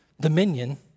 dominion